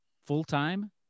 full-time